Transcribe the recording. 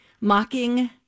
mocking